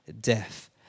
death